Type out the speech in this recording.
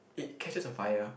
it catches on fire